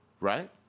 Right